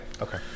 Okay